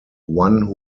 one